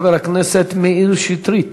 חבר הכנסת מאיר שטרית,